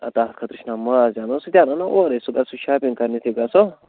تتھ خٲطرٕ چھُنا ماز تہِ اَنُن سُہ تہِ اَنو نا اورے سُہ گژھِ سُہ شاپِنٛگ کَرنہِ تہِ گَژھو